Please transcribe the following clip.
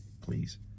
please